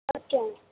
okay ma'am